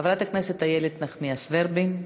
חברת הכנסת איילת נחמיאס ורבין.